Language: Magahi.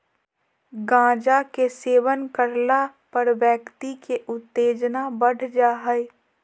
गांजा के सेवन करला पर व्यक्ति के उत्तेजना बढ़ जा हइ